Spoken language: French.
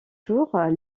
jours